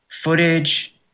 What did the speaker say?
footage